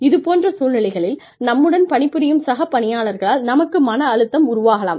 இது போன்ற சூழ்நிலைகளில் நம்முடன் பணி புரியும் சக பணியாளர்களால் நமக்கு மன அழுத்தம் உருவாகலாம்